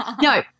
No